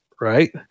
Right